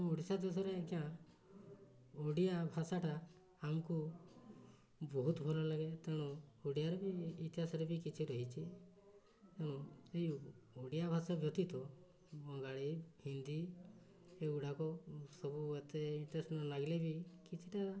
ଓଡ଼ିଶା ଦେଶରେ ଆଜ୍ଞା ଓଡ଼ିଆ ଭାଷାଟା ଆମକୁ ବହୁତ ଭଲ ଲାଗେ ତେଣୁ ଓଡ଼ିଆରେ ବି ଇତିହାସରେ ବି କିଛି ରହିଛି ତେଣୁ ଏଇ ଓଡ଼ିଆ ଭାଷା ବ୍ୟତୀତ ବଙ୍ଗାଳୀ ହିନ୍ଦୀ ଏଗୁଡ଼ାକ ସବୁ ଏତେ ଇଣ୍ଟରେଷ୍ଟ୍ ନ ଲାଗିଲେ ବି କିଛିଟା